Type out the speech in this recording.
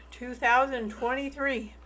2023